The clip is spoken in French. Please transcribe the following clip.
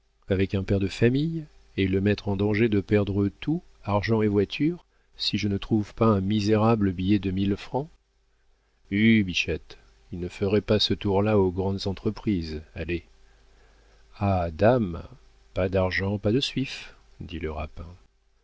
avec un père de famille et le mettre en danger de perdre tout argent et voiture si je ne trouve pas un misérable billet de mille francs hue bichette ils ne feraient pas ce tour là aux grandes entreprises allez ah dame pas d'argent pas de suif dit le rapin